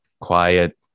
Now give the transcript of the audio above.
quiet